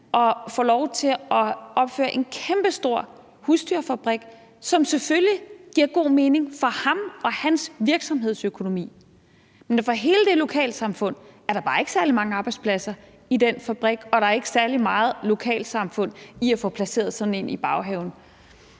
og fik lov til at opføre en kæmpestor husdyrfabrik, som selvfølgelig giver god mening for ham og hans virksomhedsøkonomi. Men for hele det lokalsamfund er der bare ikke særlig mange arbejdspladser i den fabrik, og der er ikke særlig meget lokalsamfund i at få placeret sådan en i baghaven.